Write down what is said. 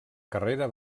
carrera